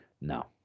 no